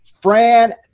Fran